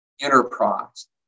enterprise